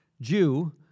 Jew